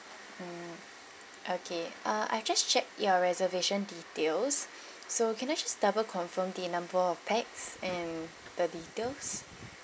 okay uh I just checked your reservation details so can I just double confirm the number of pax and the details